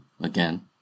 again